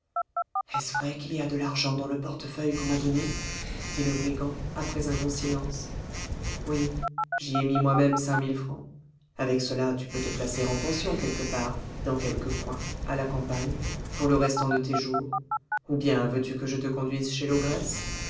est-ce vrai qu'il y a de l'argent dans le portefeuille qu'on m'a donné dit le brigand après un long silence oui j'y ai mis moi-même cinq mille francs avec cela tu peux te placer en pension quelque part dans quelque coin à la campagne pour le restant de tes jours ou bien veux-tu que je te conduise chez